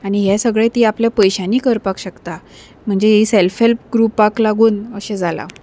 आनी हें सगळें ती आपल्या पयशांनी करपाक शकता म्हणजे ही सॅल्फ हॅल्प ग्रुपाक लागून अशें जालां